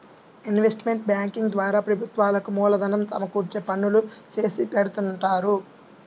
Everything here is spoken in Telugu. ఇన్వెస్ట్మెంట్ బ్యేంకింగ్ ద్వారా ప్రభుత్వాలకు మూలధనం సమకూర్చే పనులు చేసిపెడుతుంటారు